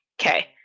Okay